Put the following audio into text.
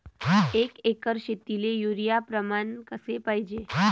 एक एकर शेतीले युरिया प्रमान कसे पाहिजे?